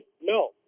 No